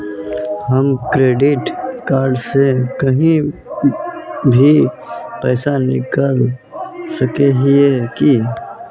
हम credit card से कहीं भी पैसा निकल सके हिये की?